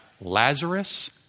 Lazarus